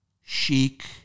chic